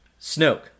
Snoke